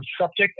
subject